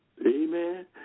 Amen